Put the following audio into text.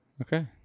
Okay